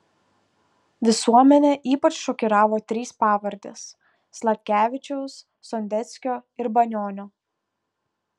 visuomenę ypač šokiravo trys pavardės sladkevičiaus sondeckio ir banionio